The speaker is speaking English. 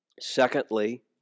Secondly